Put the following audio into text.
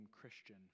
Christian